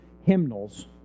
hymnals